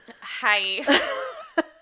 Hi